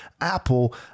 Apple